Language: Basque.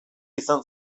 izan